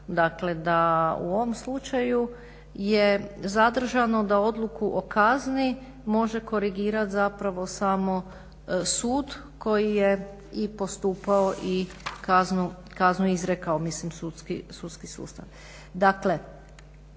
dakle da u ovom slučaju je zadržano da odluku o kazni može korigirati zapravo samo sud koji je i postupao i kaznu izrekao, mislim sudski sustav.